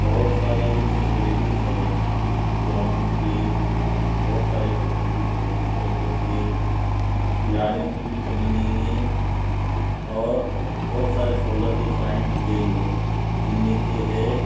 بہت سارے فیسلٹیز ہے گراؤنڈس کی بہت سارے فیسلٹیز ہے جس طریقے سے کھلاڑیوں کی بھی کمی نہیں ہے اور بہت سارے سہولتیں فراہم کی گئی ہے جن میں سے ہے